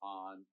on